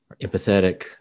empathetic